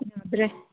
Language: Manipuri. ꯌꯥꯗ꯭ꯔꯦ